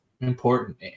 important